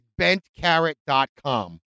bentcarrot.com